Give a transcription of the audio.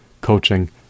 coaching